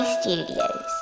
Studios